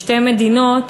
לשתי מדינות,